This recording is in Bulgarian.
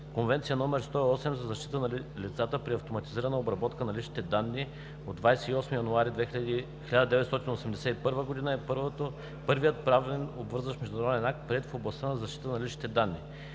Конвенция № 108 за защита на лицата при автоматизираната обработка на лични данни от 28 януари 1981 г. е първият правно обвързващ международен акт, приет в областта на защитата на личните данни.